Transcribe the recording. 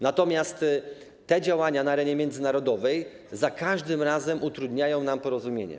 Natomiast te działania na arenie międzynarodowej za każdym razem utrudniają nam porozumienie.